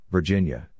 Virginia